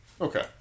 Okay